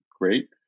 Great